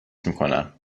میکنم